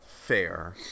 fair